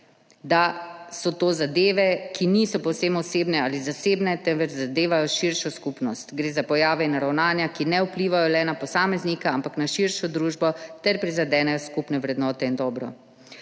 da so to zadeve, ki niso povsem osebne ali zasebne, temveč zadevajo širšo skupnost, gre za pojave in ravnanja, ki ne vplivajo le na posameznika, ampak na širšo družbo ter prizadenejo skupne vrednote in dobro.